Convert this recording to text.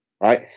right